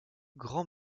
grand